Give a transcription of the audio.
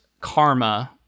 karma